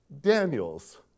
daniel's